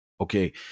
Okay